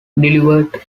delivered